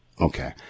Okay